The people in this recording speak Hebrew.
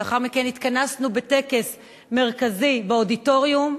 לאחר מכן התכנסנו בטקס מרכזי באודיטוריום,